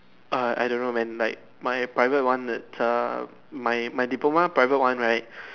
err I don't know man like my private one its err my my diploma private one right